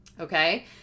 okay